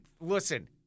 Listen